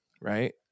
right